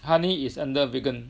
honey is under vegan